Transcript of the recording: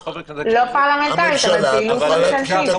לא פרלמנטרית, אבל פעילות ממשלתית.